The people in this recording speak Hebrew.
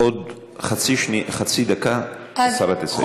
עוד חצי דקה, והשרה תסיים.